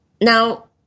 Now